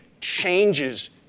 changes